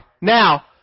Now